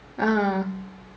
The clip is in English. (uh huh)